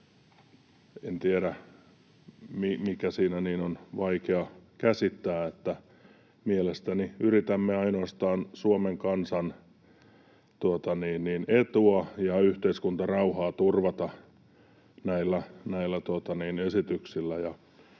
En tiedä, mikä siinä niin on vaikea käsittää. Mielestäni yritämme ainoastaan Suomen kansan etua ja yhteiskuntarauhaa turvata näillä esityksillä.